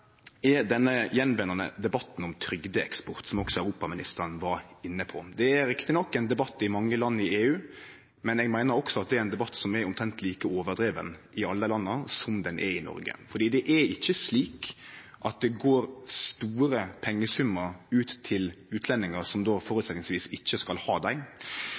er den tilbakevendande debatten om trygdeeksport, som også europaministeren var inne på. Det er riktig nok ein debatt i mange land i EU, men eg meiner at det er ein debatt som er omtrent like overdriven i alle dei landa, som han er i Noreg. Det er ikkje slik at det går store pengesummar ut til utlendingar som ikkje skal ha dei.